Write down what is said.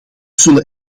zullen